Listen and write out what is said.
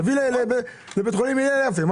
תביא לבית החולים הילל יפה.